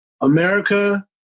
America